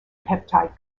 peptide